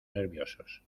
nerviosos